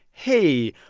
hey,